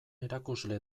erakusle